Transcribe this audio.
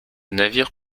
navire